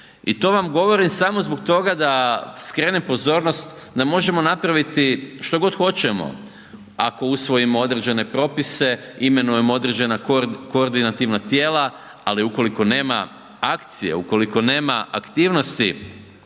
I to vam govorim samo zbog toga da skrenem pozornost da možemo napraviti što god hoćemo ako usvojimo određene propise, imenujemo određena koordinativna tijela, ali ukoliko nema akcije, ukoliko nema aktivnosti